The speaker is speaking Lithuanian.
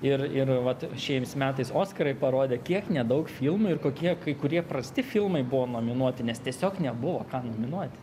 ir ir vat šiais metais oskarai parodė kiek nedaug filmų ir kokie kai kurie prasti filmai buvo nominuoti nes tiesiog nebuvo nominuoti